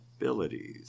abilities